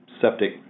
septic